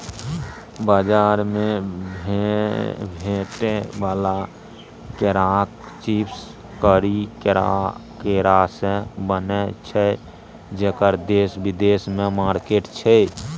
बजार मे भेटै बला केराक चिप्स करी केरासँ बनय छै जकर देश बिदेशमे मार्केट छै